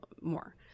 more